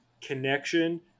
connection